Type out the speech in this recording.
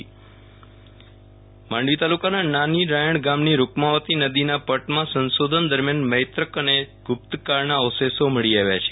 વિરલ રાણા પ્રાચીન અવશેષ માંડવી તાલુકાના નાની રાયણ ગામની રૂકમાવતી નદીના પટમાં સંશોધન દરમિયાન મૈત્રક અને ગુપ્તકાળના અવશેષો મળી આવ્યા છે